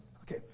Okay